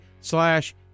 slash